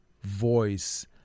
voice